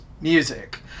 music